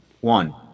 one